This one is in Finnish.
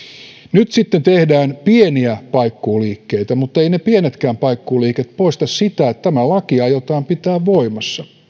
nyt sitten tehdään pieniä paikkuuliikkeitä mutteivät ne pienetkään paikkuuliikkeet poista sitä että tämä laki aiotaan pitää voimassa